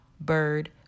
bird